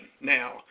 now